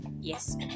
Yes